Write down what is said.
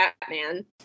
Batman